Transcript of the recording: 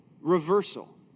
reversal